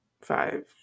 five